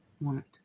want